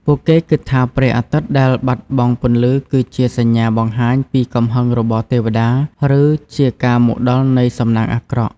ពួកគេគិតថាព្រះអាទិត្យដែលបាត់បង់ពន្លឺ គឺជាសញ្ញាបង្ហាញពីកំហឹងរបស់ទេវតា ឬជាការមកដល់នៃសំណាងអាក្រក់។